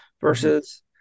versus